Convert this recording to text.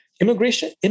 immigration